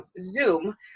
zoom